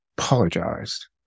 apologized